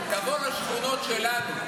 תבוא לשכונות שלנו,